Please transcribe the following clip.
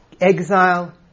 exile